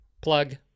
plug